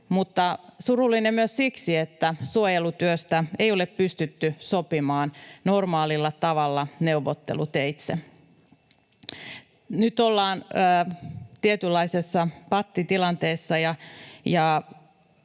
mutta surullinen myös siksi, että suojelutyöstä ei ole pystytty sopimaan normaalilla tavalla neuvotteluteitse. Nyt ollaan tietynlaisessa pattitilanteessa,